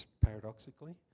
paradoxically